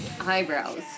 eyebrows